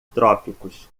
trópicos